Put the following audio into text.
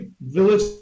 Village